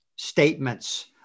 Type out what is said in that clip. statements